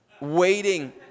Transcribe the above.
Waiting